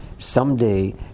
someday